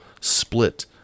split